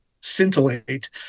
scintillate